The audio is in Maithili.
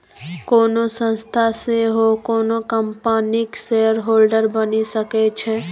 कोनो संस्था सेहो कोनो कंपनीक शेयरहोल्डर बनि सकै छै